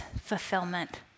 fulfillment